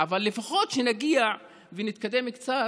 אבל לפחות שנגיע ונתקדם קצת.